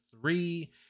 three